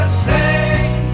stay